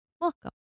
Welcome